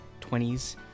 20s